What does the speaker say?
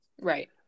Right